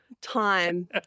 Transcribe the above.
Time